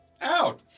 Out